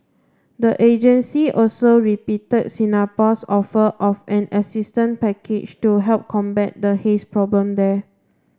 the agency also repeated Singapore's offer of an assistant package to help combat the haze problem there